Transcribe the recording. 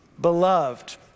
beloved